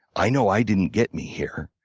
i know i didn't get me here,